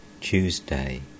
Tuesday